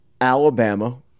Alabama